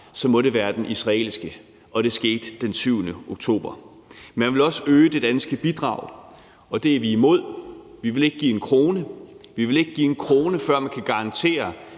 så må det være den israelske, og det skete den 7. oktober. Man vil også øge det danske bidrag, og det er vi imod. Vi vil ikke give en krone, før man kan garantere,